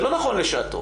זה לא נכון לשעתו.